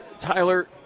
Tyler